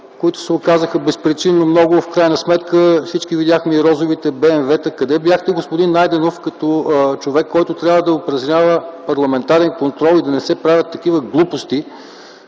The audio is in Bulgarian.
които се оказаха безпричинно много. В крайна сметка всички видяхме и розовите БМВ-та. Къде бяхте, господин Найденов, като човек, който трябва да упражнява парламентарен контрол и да не се правят такива глупости,